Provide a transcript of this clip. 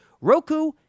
Roku